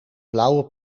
blauwe